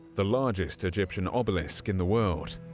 the largest egyptian obelisk in the world.